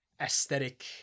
aesthetic